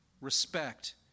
respect